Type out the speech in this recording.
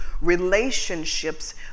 relationships